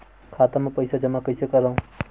खाता म पईसा जमा कइसे करव?